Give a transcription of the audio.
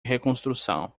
reconstrução